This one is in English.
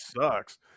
sucks